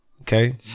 Okay